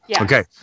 Okay